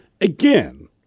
again